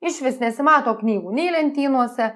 išvis nesimato knygų nei lentynose